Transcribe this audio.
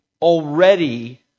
already